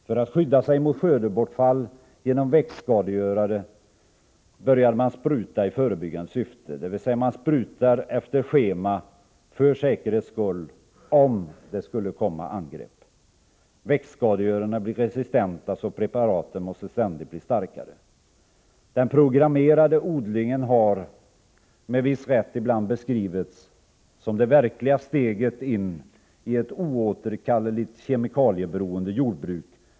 För att skydda sig mot skördebortfall genom växtskadegörare började man spruta i förebyggande syfte, dvs. man sprutar efter schema för säkerhets skull, om det skulle komma angrepp. Växtskadegörarna blir resistenta, så preparaten måste ständigt bli starkare. Den programmerade odlingen har, med viss rätt, ibland beskrivits som det verkliga steget in i ett oåterkalleligt kemikalieberoende jordbruk.